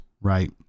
right